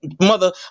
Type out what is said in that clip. mother